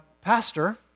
pastor